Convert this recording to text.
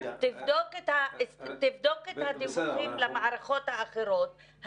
תבדוק את הדיווחים למערכות האחרות.